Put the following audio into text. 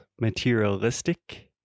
materialistic